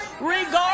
Regardless